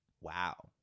Wow